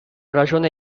ragione